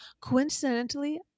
Coincidentally